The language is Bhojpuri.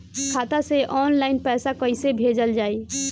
खाता से ऑनलाइन पैसा कईसे भेजल जाई?